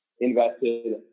invested